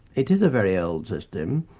it is a very old system,